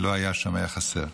לא היה שם, היה חסר,